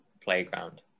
playground